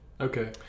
Okay